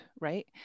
right